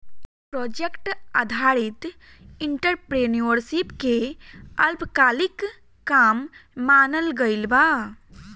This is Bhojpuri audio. प्रोजेक्ट आधारित एंटरप्रेन्योरशिप के अल्पकालिक काम मानल गइल बा